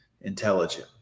intelligent